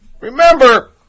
Remember